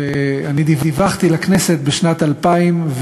אני דיווחתי לכנסת בשנת 2003,